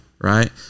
right